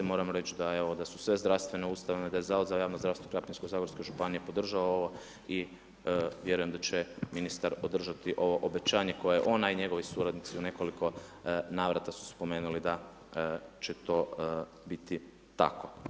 Moramo reći da su sve zdravstvene ustanove, da je Zavod za javno zdravstvo Krapinsko-zagorske županije podržao ovo i vjerujem da će ministar održati ovo obećanje koje je on i njegovi suradnici u nekoliko navrata su spomenuli da će to biti tako.